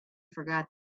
forgot